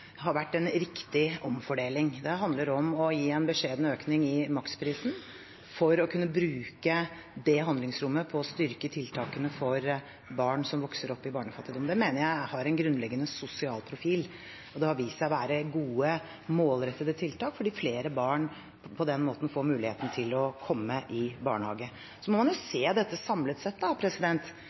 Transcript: har vært en riktig omfordeling. Det handler om å gi en beskjeden økning i maksprisen for å kunne bruke det handlingsrommet på å styrke tiltakene for barn som vokser opp i barnefattigdom. Det mener jeg har en grunnleggende sosial profil, og det har vist seg å være gode, målrettede tiltak fordi flere barn på den måten får muligheten til å komme i barnehage. Så må man jo se dette samlet.